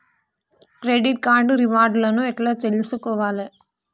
Credit card reward లను ఎట్ల తెలుసుకోవాలే?